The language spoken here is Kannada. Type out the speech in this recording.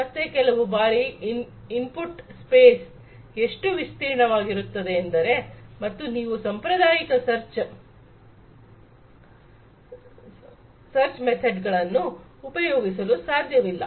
ಮತ್ತೆ ಕೆಲವು ಬಾರಿ ಇನ್ಪುಟ್ ಸ್ಪೇಸ್ ಎಷ್ಟು ವಿಸ್ತೀರ್ಣ ವಾಗಿರುತ್ತದೆ ಎಂದರೆ ಮತ್ತು ನೀವು ಸಾಂಪ್ರದಾಯಿಕ ಸರ್ಚ್ ಮೆಥಡ್ ಗಳನ್ನು ಉಪಯೋಗಿಸಲು ಸಾಧ್ಯವಿಲ್ಲ